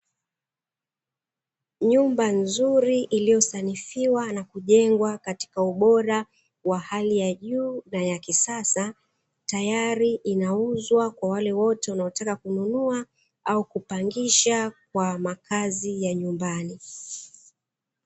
Nyumba nzuri iliyosanifiwa na kujengwa katika ubora wa hali ya juu, na ya kisasa tayari inauzwa kwa wale wote wanaotaka kununua au kupangisha kwa makazi ya nyumbani.